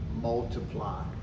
multiply